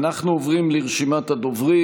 אנחנו עוברים לרשימת הדוברים.